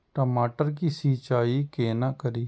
टमाटर की सीचाई केना करी?